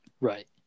Right